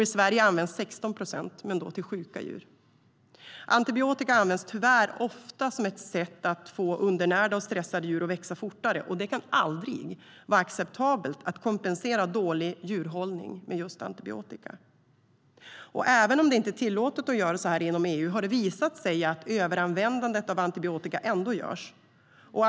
I Sverige används 16 procent, men då till sjuka djur. Antibiotika används tyvärr ofta som ett sätt att få undernärda och stressade djur att växa fortare. Det kan aldrig vara acceptabelt att kompensera dålig djurhållning med antibiotika. Även om det inte är tillåtet att göra så här inom EU har det visat sig att överanvändning av antibiotika ändå förekommer.